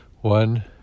one